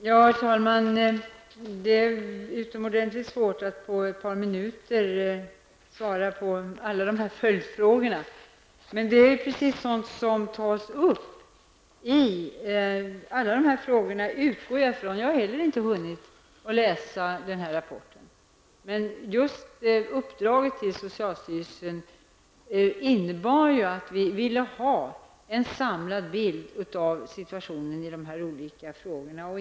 Herr talman! Det är utomordentligt svårt att på ett par minuter svara på alla dessa följdfrågor. Jag har inte heller hunnit att läsa denna rapport. Men uppdraget till socialstyrelsen innebar ju att vi ville ha en samlad bild av situationen i dessa olika frågor.